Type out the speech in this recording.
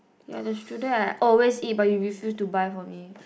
ya the strudel I always eat but you refused to buy for me